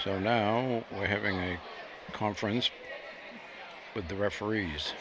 or now we're having a conference with the referees